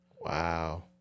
Wow